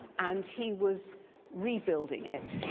and he was rebuilding it,